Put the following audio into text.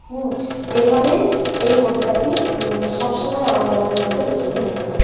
হুম এইভাবেই এই কবিতাটি সব সময় আমার মনের মধ্যে প্রতিধ্বনিত হয়